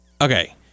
Okay